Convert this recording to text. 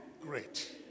great